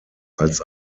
als